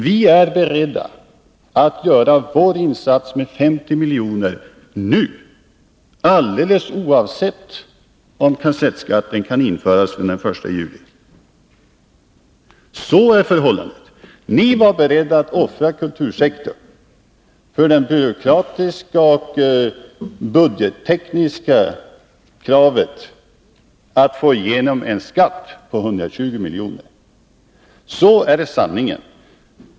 Vi är beredda att göra vår insats med 50 miljoner nu, alldeles oavsett om kassettskatten kan införas från den 1 juli. Så förhåller det sig. Ni var beredda att offra kultursektorn för det byråkratiska och budgettekniska kravet att få igenom en skatt på 120 milj.kr. Det är sanningen.